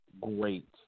great